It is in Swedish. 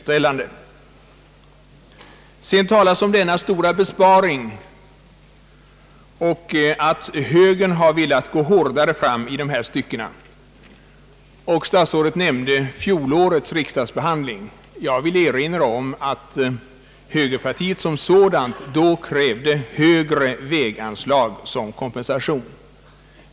Statsrådet talade om den stora besparing som föreslagits och att högern velat gå hårdare fram i detta stycke. Statsrådet nämnde «därvid = fjolårets riksdagsbehandling. Jag vill då erinra om att högerpartiet i fjol krävde högre väganslag såsom kompensation.